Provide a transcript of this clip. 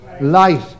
light